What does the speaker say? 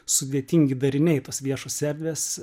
sudėtingi dariniai tos viešos erdvės